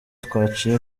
twaciye